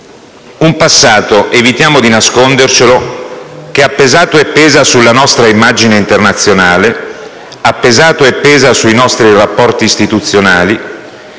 un passato - evitiamo di nascondercelo - che ha pesato e pesa sulla nostra immagine internazionale; ha pesato e pesa sui nostri rapporti istituzionali;